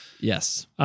Yes